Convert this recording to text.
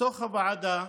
בתוך הוועדה